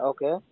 Okay